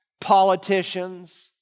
politicians